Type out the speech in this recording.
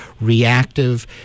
reactive